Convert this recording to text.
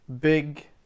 big